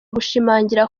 gushimangira